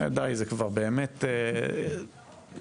דיי, זה כבר באמת, קצת